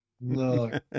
no